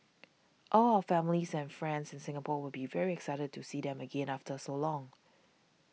all our families and friends in Singapore will be very excited to see them again after so long